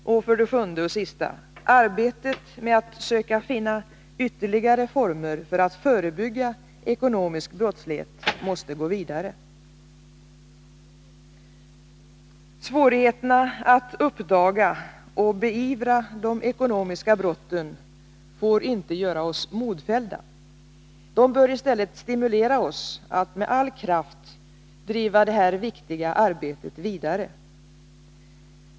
7. Arbetet med att söka finna ytterligare former för att förebygga ekonomisk brottslighet måste gå vidare. Svårigheterna att uppdaga och beivra de ekonomiska brotten får inte göra oss modfällda. De bör i stället stimulera oss att med all kraft driva detta viktiga arbete vidare.